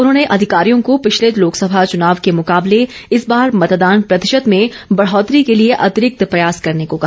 उन्होंने अधिकारियों को पिछले लोकसभा चुनाव के मुकाबले इस बार मतदान प्रतिशत में बढ़ोतरी के लिए अतिरिक्त प्रयास करने को कहा